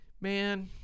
man